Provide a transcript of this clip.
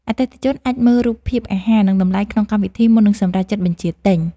អតិថិជនអាចមើលរូបភាពអាហារ និងតម្លៃក្នុងកម្មវិធីមុននឹងសម្រេចចិត្តបញ្ជាទិញ។